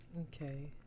okay